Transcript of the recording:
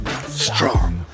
Strong